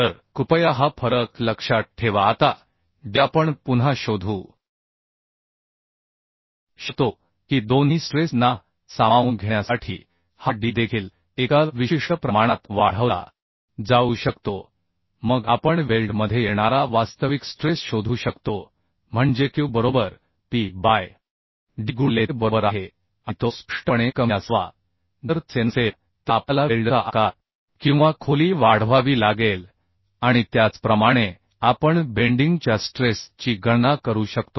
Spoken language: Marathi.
तर कृपया हा फरक लक्षात ठेवा आता D आपण पुन्हा शोधू शकतो की दोन्ही स्ट्रेस ना सामावून घेण्यासाठी हा D देखील एका विशिष्ट प्रमाणात वाढवला जाऊ शकतो मग आपण वेल्डमध्ये येणारा वास्तविक स्ट्रेस शोधू शकतो म्हणजे Q बरोबर P बाय D गुणिलेTe बरोबर आहे आणि तो स्पष्टपणे कमी असावा जर तसे नसेल तर आपल्याला वेल्डचा आकार किंवा खोली वाढवावी लागेल आणि त्याचप्रमाणे आपण बेंडिंग च्या स्ट्रेस ची गणना करू शकतो